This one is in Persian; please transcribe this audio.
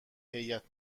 هیات